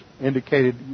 indicated